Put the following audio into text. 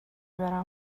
برم